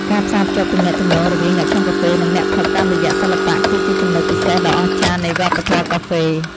ការផ្សារភ្ជាប់ទំនាក់ទំនងរវាងអ្នកឆុងកាហ្វេ និងអ្នកផឹកតាមរយៈសិល្បៈ គឺជាចំណុចពិសេសដ៏អស្ចារ្យនៃវប្បធម៌កាហ្វេ។